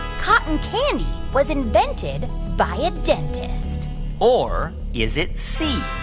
cotton candy was invented by a dentist or is it c,